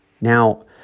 Now